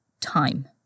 time